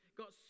got